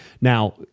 now